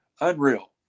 Unreal